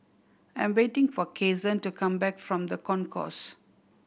I am waiting for Kasen to come back from The Concourse